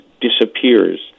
disappears